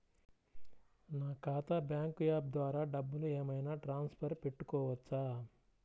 నా ఖాతా bank app ద్వారా డబ్బులు ఏమైనా ట్రాన్స్ఫర్ పెట్టుకోవచ్చా?